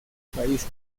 países